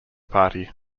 party